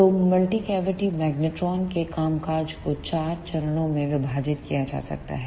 तो multi cavity magnetron के कामकाज को चार चरणों में विभाजित किया जा सकता है